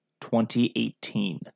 2018